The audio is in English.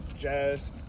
jazz